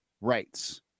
rights